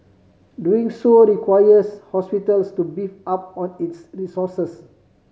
doing so requires hospitals to beef up on its resources